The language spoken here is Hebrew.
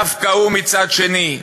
דווקא הוא, מצד שני,